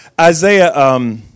Isaiah